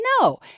No